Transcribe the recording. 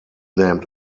named